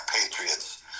patriots